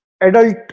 adult